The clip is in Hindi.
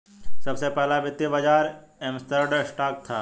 सबसे पहला वित्तीय बाज़ार एम्स्टर्डम स्टॉक था